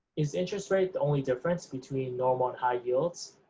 is interest rate the only difference between normal and high-yields?